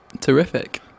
Terrific